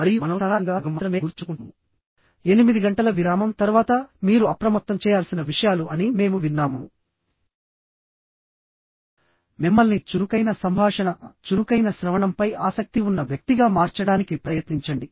మరియు మనం సాధారణంగా సగం మాత్రమే గుర్తుంచుకుంటాము 8 గంటల విరామం తర్వాత మీరు అప్రమత్తం చేయాల్సిన విషయాలు అని మేము విన్నాము మిమ్మల్ని చురుకైన సంభాషణ చురుకైన శ్రవణంపై ఆసక్తి ఉన్న వ్యక్తిగా మార్చడానికి ప్రయత్నించండి